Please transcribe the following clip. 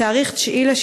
בתאריך 9 ביוני,